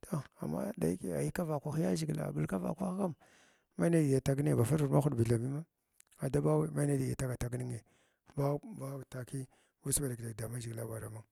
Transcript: toh a amma dayake ayikan vakwah yaʒhʒala aɓulka vakwah kam mai nidigi alzg ninghi bafurvid mahwudi bi thabi ma adabawa nai nidigi atagna tagningi bagh bagh ba taki uss ba ɗek- ɗeka damaʒhigila gawara mung.